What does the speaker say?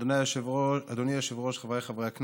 רים להצעת החוק הבאה.